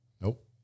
Nope